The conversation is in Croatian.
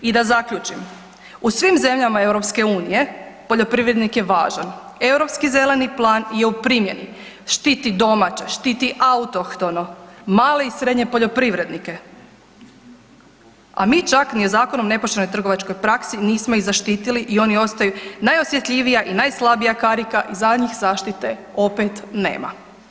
I da zaključim, u svim zemljama EU poljoprivrednik je važan, Europski zeleni plan je u primjeni, štititi domaće, štiti autohtono male i srednje poljoprivrednike, a mi čak ni Zakonom o nepoštenoj trgovačkoj praksi nismo ih zaštitili i oni ostaju najosjetljivija i najslabija karika i za njih zaštite opet nema.